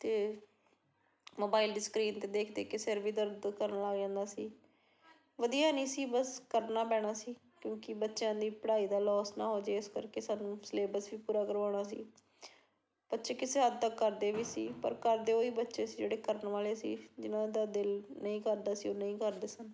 ਅਤੇ ਮੋਬਾਈਲ ਦੀ ਸਕਰੀਨ 'ਤੇ ਦੇਖ ਦੇਖ ਕੇ ਸਿਰ ਵੀ ਦਰਦ ਕਰਨ ਲੱਗ ਜਾਂਦਾ ਸੀ ਵਧੀਆ ਨਹੀਂ ਸੀ ਬਸ ਕਰਨਾ ਪੈਣਾ ਸੀ ਕਿਉਂਕਿ ਬੱਚਿਆਂ ਦੀ ਪੜ੍ਹਾਈ ਦਾ ਲੋਸ ਨਾ ਹੋ ਜੇ ਇਸ ਕਰਕੇ ਸਾਨੂੰ ਸਿਲੇਬਸ ਵੀ ਪੂਰਾ ਕਰਵਾਉਣਾ ਸੀ ਬੱਚੇ ਕਿਸੇ ਹੱਦ ਤੱਕ ਕਰਦੇ ਵੀ ਸੀ ਪਰ ਕਰਦੇ ਉਹੀ ਬੱਚੇ ਸੀ ਜਿਹੜੇ ਕਰਨ ਵਾਲੇ ਸੀ ਜਿਹਨਾਂ ਦਾ ਦਿਲ ਨਹੀਂ ਕਰਦਾ ਸੀ ਉਹ ਨਹੀਂ ਕਰਦੇ ਸਨ